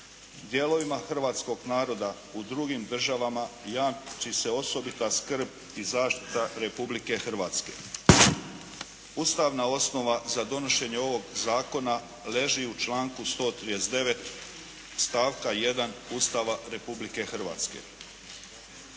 Dijelovima hrvatskog naroda u drugim državama jamči se osobita skrb i zaštita Republike Hrvatske. Ustavna osnova za donošenje ovog zakona leži u članku 139. stavka 1. Ustava Republike Hrvatske.